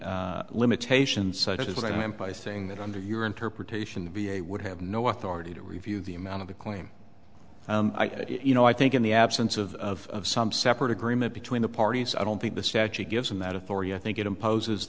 any limitations such as what i meant by saying that under your interpretation the v a would have no authority to review the amount of the claim you know i think in the absence of some separate agreement between the parties i don't think the statute gives them that authority i think it imposes